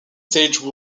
stage